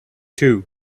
two